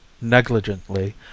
negligently